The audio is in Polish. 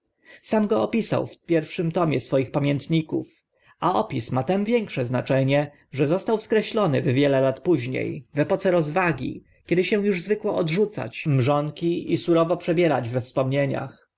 sam go opisał w pierwszym tomie swoich pamiętników a opis ma tym większe znaczenie że został skreślony w wiele lat późnie w epoce rozwagi kiedy się uż zwykło odrzucać mrzonki i surowo przebierać we wspomnieniach